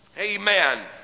Amen